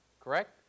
correct